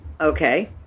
Okay